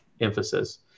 emphasis